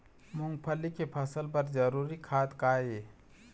मूंगफली के फसल बर जरूरी खाद का ये?